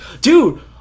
Dude